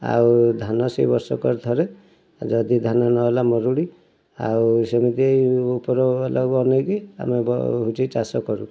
ଆଉ ଧାନ ସେହି ବର୍ଷକରେ ଥରେ ଯଦି ଧାନ ନ ହେଲା ମରୁଡ଼ି ଆଉ ସେମିତି ଉପର ବାଲାକୁ ଅନେଇକି ଆମେ ହେଉଛି ଚାଷ କରୁ